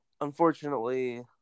Unfortunately